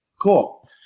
Cool